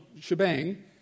shebang